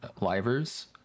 livers